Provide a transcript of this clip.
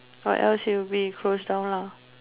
or else it will be closed down ah